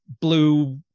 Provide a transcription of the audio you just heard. blue